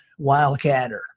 wildcatter